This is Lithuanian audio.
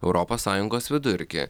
europos sąjungos vidurkį